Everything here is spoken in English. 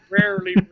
rarely